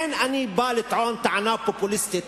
אין אני בא לטעון טענה פופוליסטית.